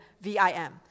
V-I-M